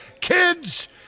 kids